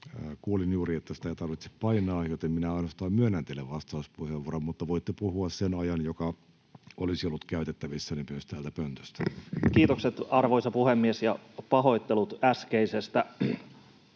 Kuulin juuri, että sitä ei tarvitse painaa, joten minä ainoastaan myönnän teille vastauspuheenvuoron. Voitte puhua sen ajan, joka olisi ollut käytettävissänne myös täältä pöntöstä. Kiitokset, arvoisa puhemies, ja pahoittelut äskeisestä.